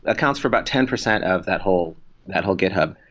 ah counts for about ten percent of that whole that whole github.